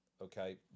okay